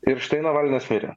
ir štai navalnas mirė